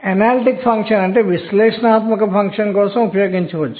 కాబట్టి పూరించగలిగే నిర్దిష్ట సంఖ్యలు ఉండవచ్చు